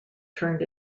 turned